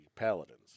Paladins